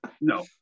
no